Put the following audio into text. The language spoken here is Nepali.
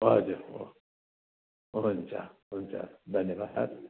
हजुर हो हुन्छ हुन्छ धन्यवाद